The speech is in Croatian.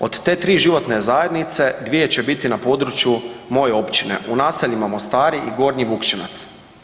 Od te tri životne zajednice 2 će biti na području moje općine u naseljima Mostari i Gornji Vukševac.